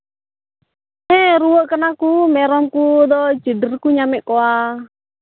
ᱦᱮᱸ ᱨᱩᱣᱟᱹᱜ ᱠᱟᱱᱟ ᱠᱚ ᱢᱮᱨᱚᱢ ᱠᱚᱫᱚ ᱪᱤᱰᱤᱨ ᱠᱚ ᱧᱟᱢᱮᱫ ᱠᱚᱣᱟ